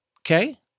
Okay